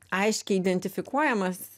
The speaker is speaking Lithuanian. aiškiai identifikuojamas